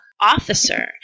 officer